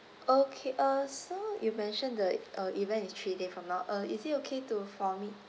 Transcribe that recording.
okay uh so you mentioned the uh event is three day from now uh is it okay to